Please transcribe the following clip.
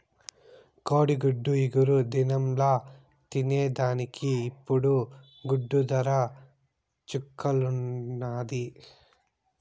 కోడిగుడ్డు ఇగురు దినంల తినేదానికి ఇప్పుడు గుడ్డు దర చుక్కల్లున్నాది